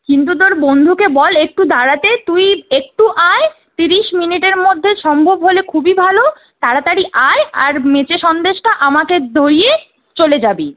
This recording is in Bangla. কিন্তু তোর বন্ধুকে বল একটু দাঁড়াতে তুই একটু আয় তিরিশ মিনিটের মধ্যে সম্ভব হলে খুবই ভালো তাড়াতাড়ি আয় আর মেচা সন্দেশটা আমাকে ধরিয়ে চলে যাবি